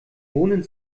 wohnen